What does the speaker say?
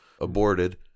aborted